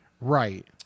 right